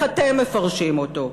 ואיך אתם מפרשים אותו.